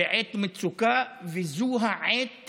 בעת מצוקה וזו העת